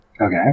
Okay